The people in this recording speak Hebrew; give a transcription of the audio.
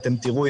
אתם תראו,